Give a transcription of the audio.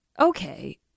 okay